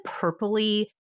purpley